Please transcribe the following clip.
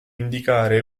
indicare